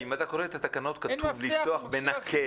אם אתה קורא את התקנות, כתוב: לפתוח בנקל.